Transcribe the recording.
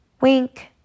wink